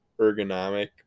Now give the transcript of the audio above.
ergonomic